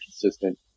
consistent